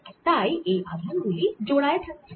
আর তাই এই আধান গুলি জোড়ায় থাকছে